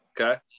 Okay